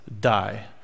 die